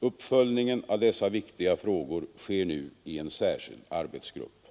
Uppföljningen av dessa viktiga frågor sker nu i en särskild arbetsgrupp.